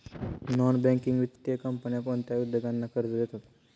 Non banking वित्तीय कंपन्या कोणत्या उद्योगांना कर्ज देतात?